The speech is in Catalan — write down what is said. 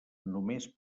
només